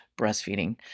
breastfeeding